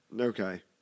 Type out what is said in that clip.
Okay